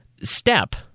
step